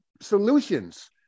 solutions